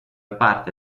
parte